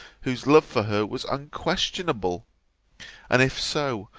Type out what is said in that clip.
whose love for her was unquestionable and if so,